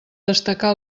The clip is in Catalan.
destacar